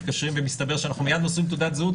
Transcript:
מתקשרים ומסתבר שאנחנו מייד מוסרים תעודת זהות.